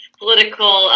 political